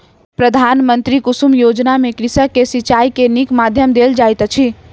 प्रधानमंत्री कुसुम योजना में कृषक के सिचाई के नीक माध्यम देल जाइत अछि